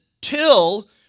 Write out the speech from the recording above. till